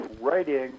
writing